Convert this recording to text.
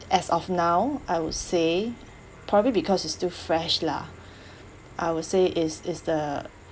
as of now I would say probably because it's too fresh lah I would say is is the